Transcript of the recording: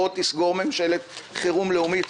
בוא תסגור ממשלת חירום לאומית.